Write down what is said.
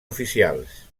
oficials